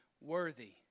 worthy